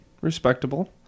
Respectable